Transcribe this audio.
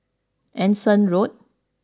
Anderson Road